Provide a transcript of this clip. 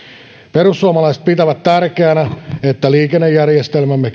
perussuomalaiset pitävät tärkeänä että liikennejärjestelmäämme